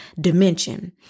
dimension